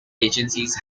agencies